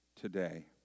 today